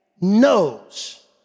knows